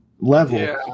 Level